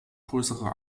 größere